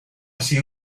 sido